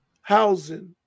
housing